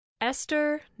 Esther